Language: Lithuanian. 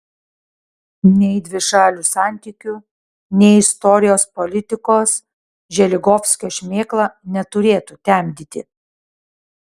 nei dvišalių santykių nei istorijos politikos želigovskio šmėkla neturėtų temdyti